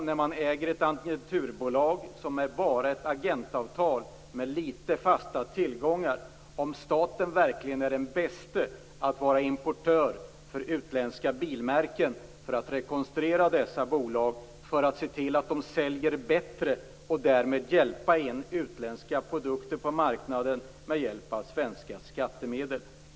När det gäller ett agenturbolag - som bara är ett agentavtal - med litet fasta tillgångar, är frågan om staten verkligen är den bäste att vara importör för utländska milmärken för att rekonstruera dessa bolag, se till att de säljer bättre och därmed hjälpa in utländska produkter på marknaden med hjälp av svenska skattemedel.